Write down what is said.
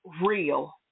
real